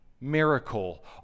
miracle